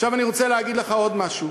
עכשיו אני רוצה להגיד לך עוד משהו.